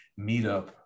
meetup